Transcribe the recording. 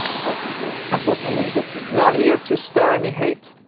unfortunately unfortunately not here to stir any hate